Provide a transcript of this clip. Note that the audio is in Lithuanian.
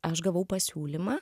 aš gavau pasiūlymą